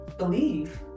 Believe